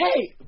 Hey